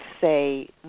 say